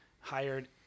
hired